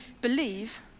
believe